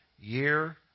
year